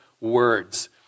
words